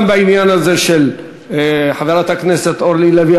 גם בעניין הזה של חברת הכנסת אורלי לוי